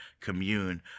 commune